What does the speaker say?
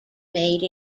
made